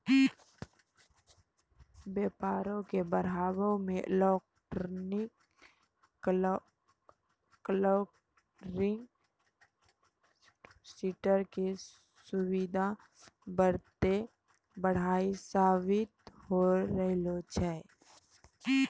व्यापारो के बढ़ाबै मे इलेक्ट्रॉनिक क्लियरिंग सिस्टम के सुविधा बहुते बढ़िया साबित होय रहलो छै